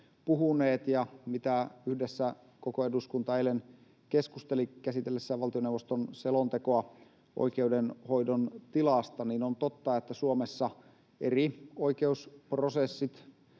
puhuneet ja yhdessä koko eduskunta eilen keskusteli käsitellessään valtioneuvoston selontekoa oikeudenhoidon tilasta, on totta, että Suomessa eri oikeusprosessit